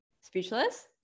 speechless